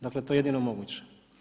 Dakle, to je jedino moguće.